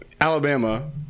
Alabama